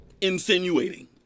Insinuating